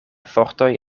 fortoj